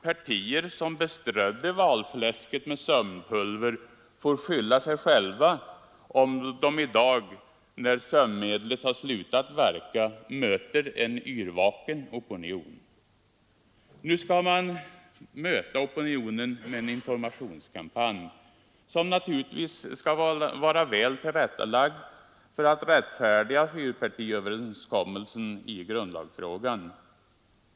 Partier som beströdde valfläsket med sömnpulver får skylla sig själva om de i dag — när sömnmedlet slutat verka — möter en yrvaken opinion! Nu skall man möta opinionen med en informationskampanj, som naturligtvis skall vara väl tillrättalagd för att rättfärdiga fyrpartiöverenskommelsen i grundlagsfrågan.